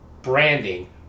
Branding